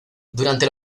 durante